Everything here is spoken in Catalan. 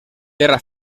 terra